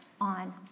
on